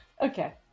Okay